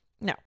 No